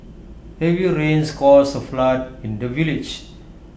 heavy rains caused A flood in the village